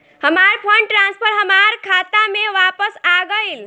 हमार fund transfer हमार खाता में वापस आ गइल